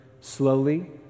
slowly